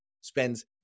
spends